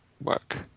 work